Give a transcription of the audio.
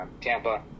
Tampa